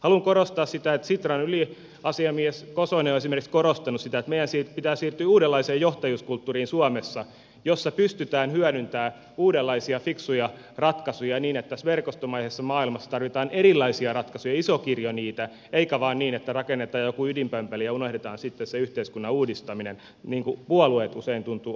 haluan korostaa sitä että sitran yliasiamies kosonen on esimerkiksi korostanut sitä että meidän pitää suomessa siirtyä uudenlaiseen johtajuuskulttuuriin jossa pystytään hyödyntämään uudenlaisia fiksuja ratkaisuja tässä verkostomaisessa maailmassa tarvitaan erilaisia ratkaisuja iso kirjo niitä eikä tehdä vain niin että rakennetaan joku ydinpömpeli ja unohdetaan sitten se yhteiskunnan uudistaminen niin kuin puolueet usein tuntuvat ajattelevan